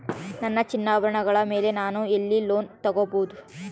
ನನ್ನ ಚಿನ್ನಾಭರಣಗಳ ಮೇಲೆ ನಾನು ಎಲ್ಲಿ ಲೋನ್ ತೊಗೊಬಹುದು?